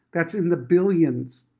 that's in the billions,